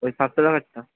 ওই সাতশো টাকারটা